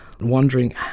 wondering